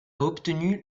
obtenu